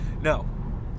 No